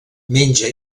menja